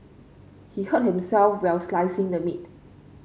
he hurt himself while slicing the meat